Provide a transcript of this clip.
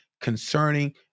concerning